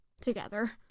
together